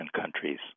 countries